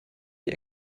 die